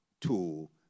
tool